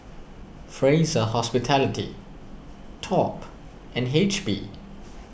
Fraser Hospitality Top and H P